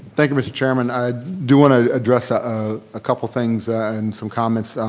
thank you mr. chairman. i do wanna address ah ah a couple things and some comments.